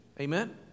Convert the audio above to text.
Amen